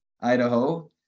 Idaho